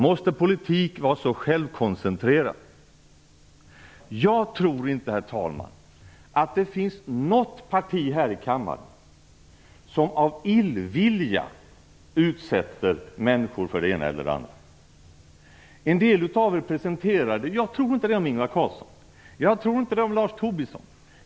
Måste politik vara så självkoncentrerad? Jag tror inte, herr talman, att det finns något parti här i kammaren som av illvilja utsätter människor för det ena eller det andra. Jag tror inte det om Ingvar Carlsson. Jag tror inte det om Lars Tobisson.